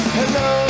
hello